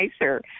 nicer